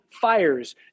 fires